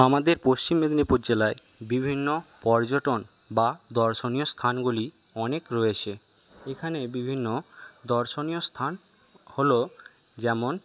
আমাদের পশ্চিম মেদনীপুর জেলায় বিভিন্ন পর্যটন বা দর্শনীয় স্থানগুলি অনেক রয়েছে এখানে বিভিন্ন দর্শনীয় স্থান হল যেমন